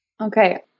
Okay